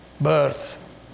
birth